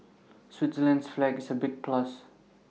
Switzerland's flag is A big plus